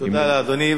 תודה לאדוני.